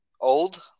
Old